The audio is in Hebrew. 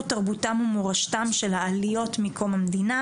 תרבותם ומורשתן של העליות מקום המדינה.